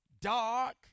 dark